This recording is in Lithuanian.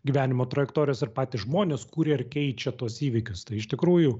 gyvenimo trajektorijas ir patys žmonės kurie ir keičia tuos įvykius tai iš tikrųjų